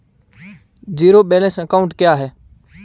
Zero balance account क्या है?